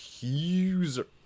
user